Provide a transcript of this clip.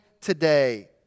today